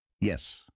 Yes